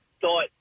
Thought